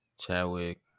Chadwick